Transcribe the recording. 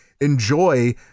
enjoy